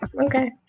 Okay